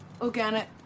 organic